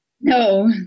No